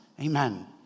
Amen